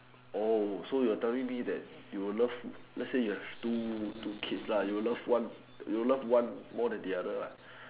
oh so you're telling me that you will love let's say you have two two kids lah you will you will love one more than the other lah